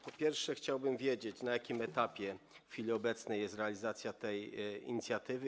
Po pierwsze, chciałbym wiedzieć, na jakim etapie w chwili obecnej jest realizacja tej inicjatywy.